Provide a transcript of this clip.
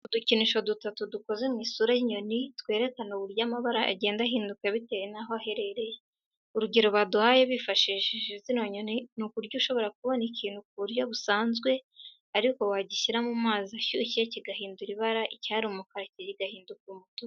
Udukinisho dutatu dukoze mu isura y'inyoni, twerakana uburyo amabara agenda ahinduka bitewe naho aherereye. Urugero baduhaye bifashishije zino nyoni, ni uburyo ushobora kubona ikintu ku buryo busanzwe ariko wagishyira mu mazi ashyushye kigahindura ibara icyari umukara kigahinduka umutuku.